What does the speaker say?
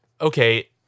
Okay